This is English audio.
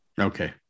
Okay